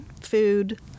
food